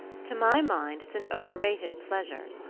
to my mind it's an overrated pleasure.